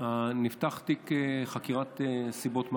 נפתח תיק חקירת נסיבות מוות,